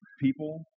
people